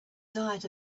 diet